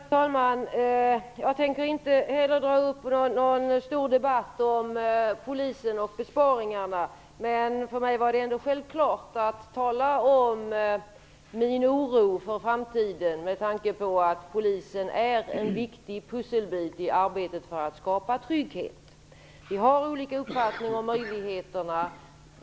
Herr talman! Jag skall inte heller dra igång någon stor debatt om Polisen och besparingarna, men för mig var det ändå självklart att tala om min oro för framtiden med tanke på att Polisen är en viktig pusselbit i arbetet för att skapa trygghet. Vi har olika uppfattning om möjligheterna.